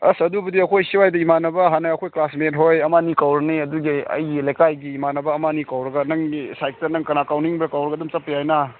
ꯑꯁ ꯑꯗꯨꯕꯨꯗꯤ ꯑꯩꯈꯣꯏ ꯁ꯭ꯋꯥꯏꯗ ꯏꯃꯥꯟꯅꯕ ꯍꯥꯟꯅ ꯑꯩꯈꯣꯏ ꯀ꯭ꯂꯥꯁꯃꯦꯠ ꯍꯣꯏ ꯑꯃ ꯑꯅꯤ ꯀꯧꯔꯅꯤ ꯑꯗꯨꯗꯩ ꯑꯩꯒꯤ ꯂꯩꯀꯥꯏꯒꯤ ꯏꯃꯥꯟꯅꯕ ꯑꯃ ꯑꯅꯤ ꯀꯧꯔꯒ ꯅꯪꯒꯤ ꯁꯥꯏꯠꯇ ꯅꯪ ꯀꯅꯥ ꯀꯧꯅꯤꯡꯕ ꯀꯧꯔꯒ ꯑꯗꯨꯝ ꯆꯠꯄ ꯌꯥꯏꯅ